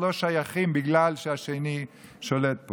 ששיכן שמו בבית הזה הוא ישכין ביניכם שלום ואהבה ואחווה ושלום ורעות".